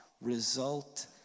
result